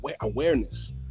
awareness